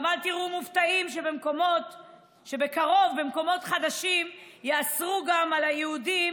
גם אל תיראו מופתעים שבקרוב יאסרו גם על היהודים